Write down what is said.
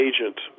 agent